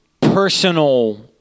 personal